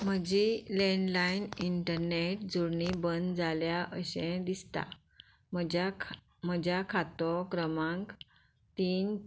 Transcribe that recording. म्हजी landline internet जोडणी बंद जाल्या अशें दिसता म्हज्या म्हज्या खातो क्रमांक तीन